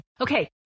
okay